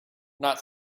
not